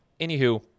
Anywho